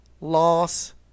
loss